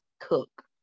cook